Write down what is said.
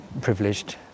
privileged